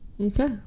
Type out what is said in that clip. Okay